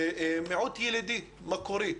ומיעוט ילידי מקורי.